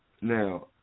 Now